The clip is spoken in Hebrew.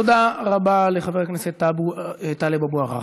תודה רבה לחבר הכנסת טלב אבו עראר.